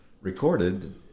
recorded